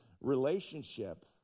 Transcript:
relationship